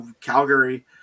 Calgary